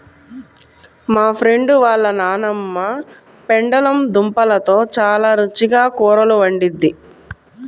మా ఫ్రెండు వాళ్ళ నాన్నమ్మ పెండలం దుంపలతో చాలా రుచిగా కూరలు వండిద్ది